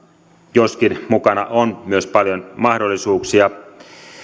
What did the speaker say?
joskin mukana on myös paljon mahdollisuuksia